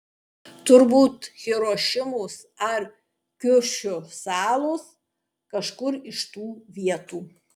turbūt hirošimos ar kiušiu salos kažkur iš tų vietų